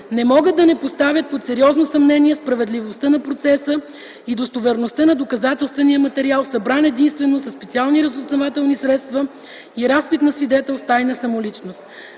не могат да не поставят под сериозно съмнение справедливостта на процеса и достоверността на доказателствения материал, събран единствено със специални разузнавателни средства и разпит на свидетел с тайна самоличност.